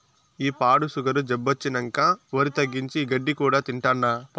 ఈ పాడు సుగరు జబ్బొచ్చినంకా ఒరి తగ్గించి, ఈ గడ్డి కూడా తింటాండా